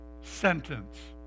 sentence